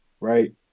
right